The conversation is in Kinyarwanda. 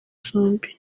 zombi